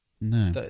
No